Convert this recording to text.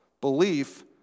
Belief